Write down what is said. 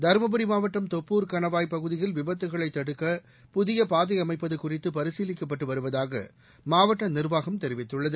தருமபுரி மாவட்டம் தொப்பூர் கணவாய் பகுதியில் விபத்துக்களை தடுக்க புதிய பாதை அமைப்பது குறித்து பரிசீலிக்கப்பட்டு வருவதாக மாவட்ட நிர்வாகம் தெரிவித்துள்ளது